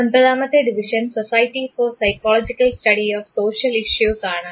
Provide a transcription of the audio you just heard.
ഒൻപതാമത്തെ division society for psychological study of social issues ആണ്